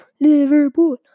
Liverpool